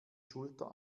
schulter